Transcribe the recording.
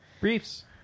Briefs